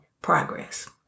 progress